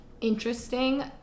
interesting